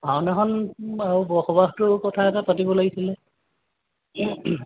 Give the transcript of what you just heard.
ভাওনাখন বৰসবাহটোৰ কথা এটা পতিব লাগিছিলে